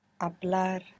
hablar